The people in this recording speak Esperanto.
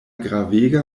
gravega